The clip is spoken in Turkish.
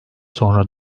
sonra